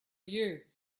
you